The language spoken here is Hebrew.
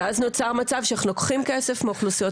אז נוצר מצב שאנחנו לוקחים כסף מאוכלוסיות